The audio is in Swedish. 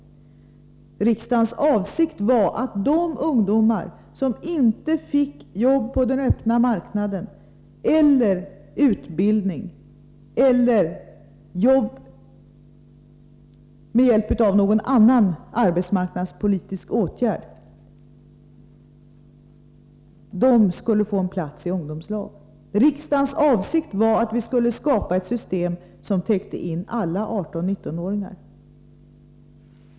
Riksdagens avsikt var att de ungdomar som inte fick jobb på den öppna marknaden, utbildning eller jobb med hjälp av någon annan arbetsmarknadspolitisk åtgärd skulle få plats i ungdomslagen. Riksdagens avsikt var att vi skulle skapa ett system som täckte in alla 18-19-åringar.